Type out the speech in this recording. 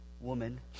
woman